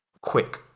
quick